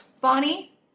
Bonnie